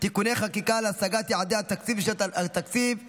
(תיקוני חקיקה להשגת יעדי התקציב לשנת התקציב 2024),